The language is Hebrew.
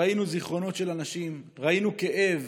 ראינו זיכרונות של אנשים, ראינו כאב,